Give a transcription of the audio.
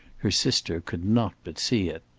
her sister could not but see it.